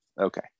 Okay